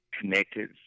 connected